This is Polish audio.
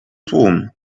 tłum